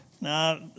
Now